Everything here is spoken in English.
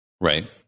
Right